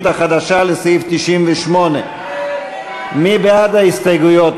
החדשה לסעיף 98. מי בעד ההסתייגויות?